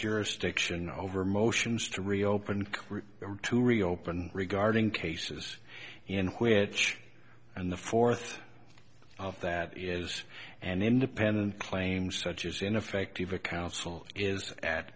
jurisdiction over motions to reopen or to reopen regarding cases in which and the fourth that is an independent claims such as ineffective or counsel is at